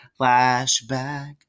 flashback